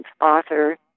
author